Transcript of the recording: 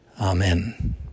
amen